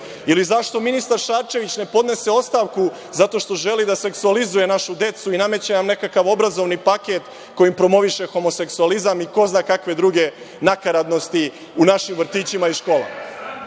zašto ministar Šarčević ne podnese ostavku zato što želi da seksualizuje našu decu i nameće im nekakav obrazovni paket kojim promoviše homoseksualizam i ko zna kakve druge nakaradnosti u našim vrtićima i